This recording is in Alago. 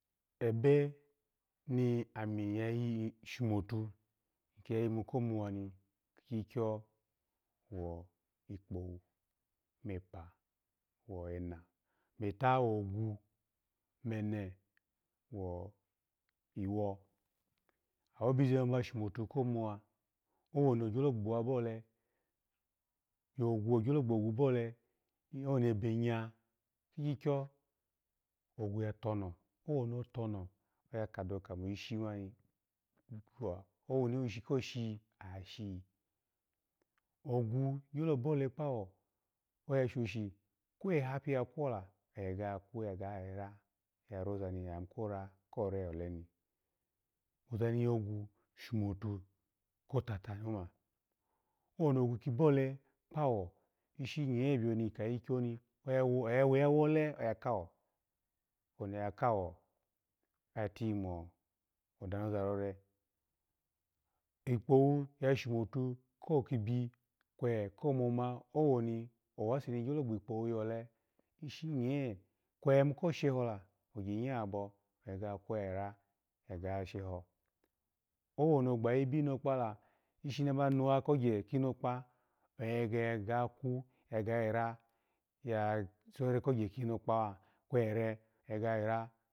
Ebe na ami ya yimu shumuto komuwa kishomuke ikyikyo wolkpowu. omepa wena, ometu wogwu, omene wo iwo, awobize mani ba shomotu komuwa owoni ogyogbowa bole, byogwu owoni ogyogbogwu bole woni ebegya kikyikyo ogwu ya tono woni ogwu gyo tono oya kadawo kamo ishi mani wishi koshi wa, owoni ogwu gyo bole kpawo oya shishishini kwe eha biya kwolo oya gayi kun yayi ra kweyi oyaga roza ni oya yimu kora re oleni oza i yo gwu sho motu kotata ni oma owoni ogwu ki bole ishinya kpawo byoni ika ikyikyo ni oya wole oya kawo owoni oya kawa oya tiyi mo dano zarore ikpowu ya shomotu kokibi kwe ko moma woni owaseni gyolo gbikpowu yole ishi nyehe kwo yayimu ko shehola ogye nyabo oya gege yayi kwu yayi ra ya ga sheho woni ogbayi binokpala ishini aba nuwa kogye kinokpa oya gege ga yi kwu yayi ra ga sora kogye kinokaha kwere oya gayi ra.